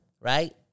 right